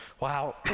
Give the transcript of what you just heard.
Wow